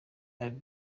bashaka